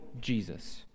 Jesus